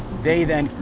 they then,